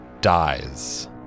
dies